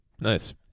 Nice